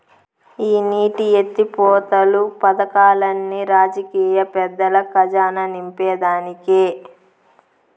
ఈ నీటి ఎత్తిపోతలు పదకాల్లన్ని రాజకీయ పెద్దల కజానా నింపేదానికే